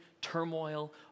turmoil